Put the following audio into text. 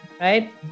right